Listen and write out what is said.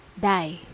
die